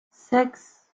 six